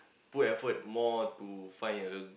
put effort more to find a